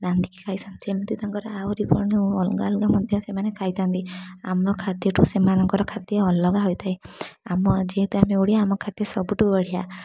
ରାନ୍ଧିକି ଖାଇଥାନ୍ତି ସେମିତି ତାଙ୍କର ଆହୁରି କ'ଣ ଅଲଗା ଅଲଗା ମଧ୍ୟ ସେମାନେ ଖାଇଥାନ୍ତି ଆମ ଖାଦ୍ୟଠୁ ସେମାନଙ୍କର ଖାଦ୍ୟ ଅଲଗା ହୋଇଥାଏ ଆମ ଯେହେତୁ ଆମେ ଓଡ଼ିଆ ଆମ ଖାଦ୍ୟ ସବୁଠୁ ବଢ଼ିଆ